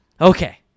Okay